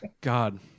God